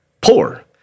poor